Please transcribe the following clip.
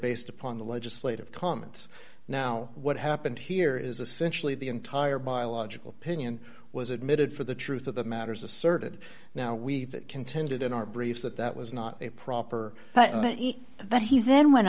based upon the legislative comments now what happened here is essentially the entire biological pinion was admitted for the truth of the matters asserted now we've contended in our briefs that that was not a proper but that he then went